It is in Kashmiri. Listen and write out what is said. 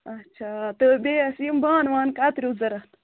اَچھا تہٕ بیٚیہِ ٲسۍ یِم بانہٕ وانہٕ کَتریو ضروٗرت